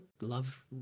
Love